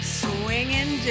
swinging